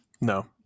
No